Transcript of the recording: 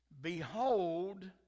Behold